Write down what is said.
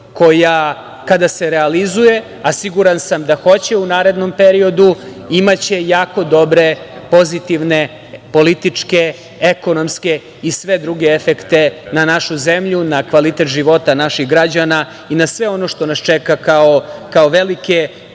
koja kada se realizuje, a siguran sam da hoće u narednom periodu, imaće jako dobre, pozitivne političke, ekonomske i sve druge efekte na našu zemlju, na kvalitet života naših građana i na sve ono što nas čeka kao velike